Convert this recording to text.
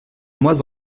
mois